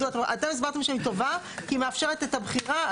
אתם הסברתם שהיא טובה כי היא מאפשרת את הבחירה.